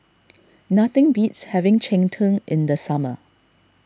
nothing beats having Cheng Tng in the summer